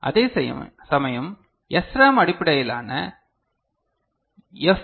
அதேசமயம் SRAM அடிப்படையிலான F